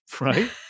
right